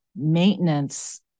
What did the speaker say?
maintenance